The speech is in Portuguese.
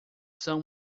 são